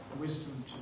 wisdom